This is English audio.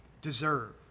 deserve